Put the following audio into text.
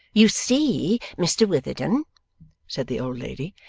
you see, mr witherden said the old lady,